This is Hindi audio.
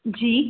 जी